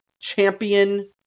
champion